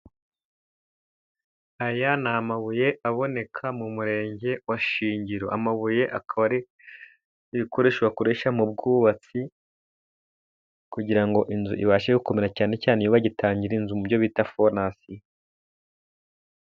Aya ni amabuye aboneka mu murenge wa Shingiro. Amabuye akaba ari ibikoresho bakoresha mu bwubatsi, kugira ngo inzu ibashe gukomera, cyane cyane iyo bagitangira inzu mu byo bita fondasiyo.